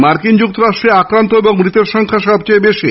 মার্কিন যুক্তরাষ্ট্রে আক্রান্ত ও মৃতের সংখ্যা সবচেয়ে বেশি